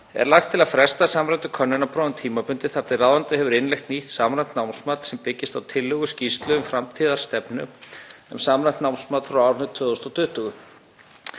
er lagt til að fresta samræmdum könnunarprófum tímabundið þar til ráðuneytið hefur innleitt nýtt samræmt námsmat sem byggist á tillögu skýrslu um framtíðarstefnu um samræmt námsmat frá árinu 2020.